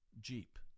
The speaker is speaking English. Jeep